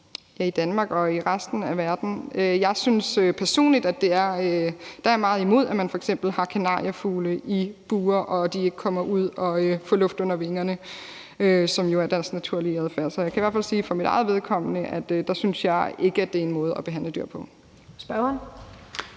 på i Danmark og i resten af verden. Personligt er jeg meget imod, at man f.eks. har kanariefugle i bure, og at de ikke kommer ud og får luft under vingerne, som jo er deres naturlige adfærd. Så jeg kan i hvert fald sige, at for mit eget vedkommende synes jeg ikke, at det er en måde at behandle dyr på. Kl.